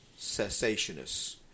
cessationists